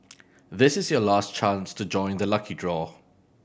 this is your last chance to join the lucky draw